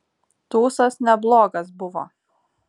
tūsas neblogas buvo